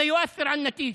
זה כן משפיע על התוצאה,